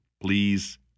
Please